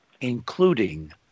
including